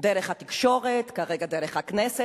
דרך התקשורת, כרגע דרך הכנסת.